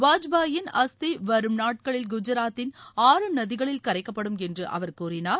வாஜ்பாயின் அஸ்தி வரும் நாட்களில் குஜராத்தின் ஆறு நதிகளில் கரைக்கப்படும் என்று அவர் கூறினார்